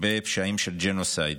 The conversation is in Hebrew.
בפשעים של ג'נוסייד.